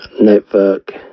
Network